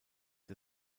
der